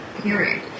period